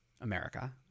America